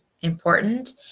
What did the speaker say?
important